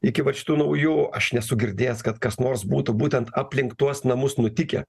iki vat šitų naujų aš nesu girdėjęs kad kas nors būtų būtent aplink tuos namus nutikę